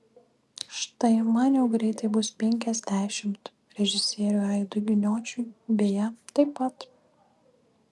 štai man jau greitai bus penkiasdešimt režisieriui aidui giniočiui beje taip pat